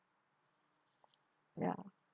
ya